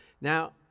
Now